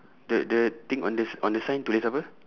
the the thing on the s~ on the sign tulis apa